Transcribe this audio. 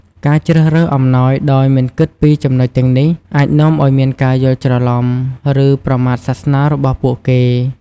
ការជ្រើសរើសអំណោយដោយមិនគិតពីចំណុចទាំងនេះ អាចនាំឲ្យមានការយល់ច្រឡំ ឬប្រមាថសាសនារបស់ពួកគេ។